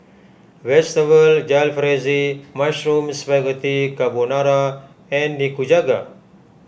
Vegetable Jalfrezi Mushroom Spaghetti Carbonara and Nikujaga